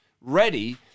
ready